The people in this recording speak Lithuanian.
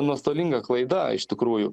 nuostolinga klaida iš tikrųjų